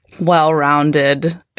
well-rounded